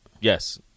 Yes